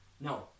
No